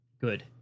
good